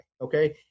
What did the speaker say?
okay